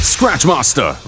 Scratchmaster